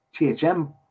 THM